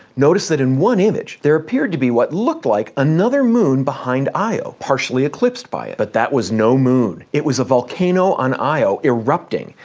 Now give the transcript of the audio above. noticed that in one image there appeared to be what looked like another moon behind io, partially eclipsed by it. but that was no moon it was a volcano on io erupting,